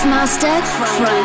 Master